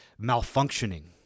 malfunctioning